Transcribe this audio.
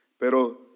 Pero